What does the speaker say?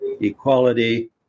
equality